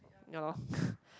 ya loh